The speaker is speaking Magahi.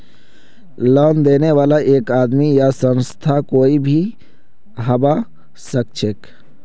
लोन देने बाला एक आदमी या संस्था कोई भी हबा सखछेक